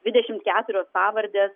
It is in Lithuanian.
dvidešimt keturios pavardės